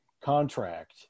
contract